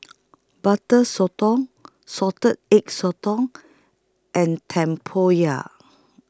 Butter Sotong Salted Egg Sotong and Tempoyak